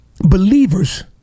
Believers